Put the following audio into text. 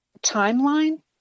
timeline